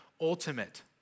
ultimate